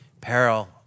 Peril